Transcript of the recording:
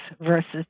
versus